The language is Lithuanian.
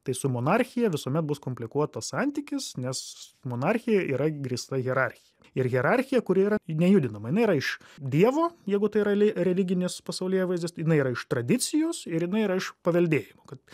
tai su monarchija visuomet bus komplikuotas santykis nes monarchija yra grįsta hierarchija ir hierarchija kuri yra nejudinama jinai yra iš dievo jeigu tai reli religinis pasaulėvaizdis tai jinai yra iš tradicijos ir jina yra iš paveldėjimo kad